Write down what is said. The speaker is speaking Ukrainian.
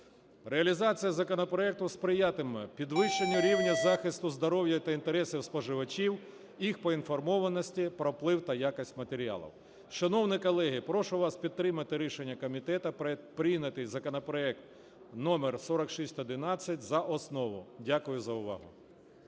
Реалізація законопроекту сприятиме підвищенню рівню захисту здоров'я та інтересів споживачів, їх поінформованості про вплив та якість матеріалів. Шановні колеги, прошу вас підтримати рішення комітету прийняти законопроект № 4611 за основу. Дякую за увагу.